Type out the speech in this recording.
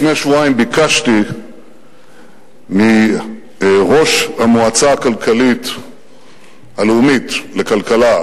לפני שבועיים ביקשתי מראש המועצה הכלכלית הלאומית לכלכלה,